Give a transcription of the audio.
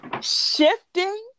shifting